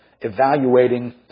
evaluating